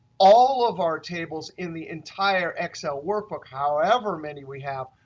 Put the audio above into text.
all of our tables in the entire excel workbook, however many we have,